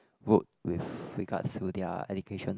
route with regards to their education